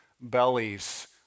bellies